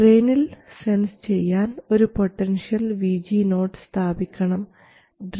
ഡ്രയിനിൽ sense ചെയ്യാൻ ഒരു potential VG0 സ്ഥാപിക്കാൻ ശ്രമിക്കണം